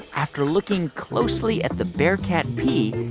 after looking closely at the bearcat pee,